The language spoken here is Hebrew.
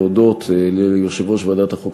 להודות ליושב-ראש ועדת החוקה,